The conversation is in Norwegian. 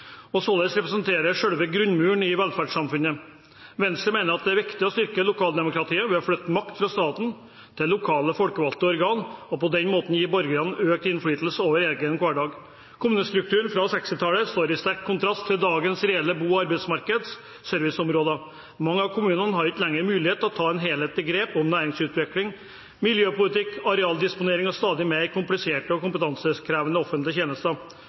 og representerer således selve grunnmuren i velferdssamfunnet. Venstre mener at det er viktig å styrke lokaldemokratiet ved å flytte makt fra staten til lokale folkevalgte organer og på den måten gi borgerne økt innflytelse over egen hverdag. Kommunestrukturen fra 1960-tallet står i sterk kontrast til dagens reelle bo- og arbeidsmarkeder og serviceområder. Mange av kommunene har ikke lenger mulighet til å ta et helhetlig grep om næringsutvikling, miljøpolitikk, arealdisponering og stadig mer kompliserte og kompetansekrevende offentlige tjenester,